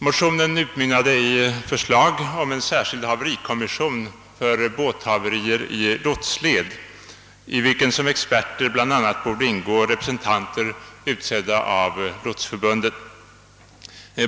Motionen utmynnade i förslag om en särskild haverikommission för båthaverier i lotsled, i vilken som experter bland annat borde ingå representanter, utsedda av lotsförbundet.